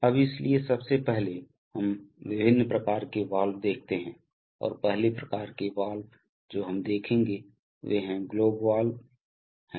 अब इसलिए सबसे पहले हम विभिन्न प्रकार के वाल्व देखते हैं और पहले प्रकार के वाल्व जो हम देखेंगे वे हैं ग्लोब वाल्व हैं